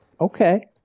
Okay